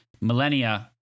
millennia